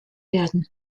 werden